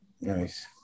Nice